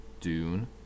Dune